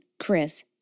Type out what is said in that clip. Chris